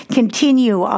continue